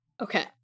Okay